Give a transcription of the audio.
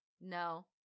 No